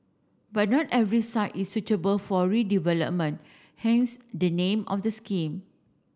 but not every site is suitable for redevelopment hence the name of the scheme